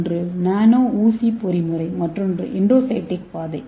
ஒன்று நானோ ஊசி பொறிமுறை மற்றொன்று எண்டோசைடிக் பாதை